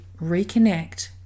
reconnect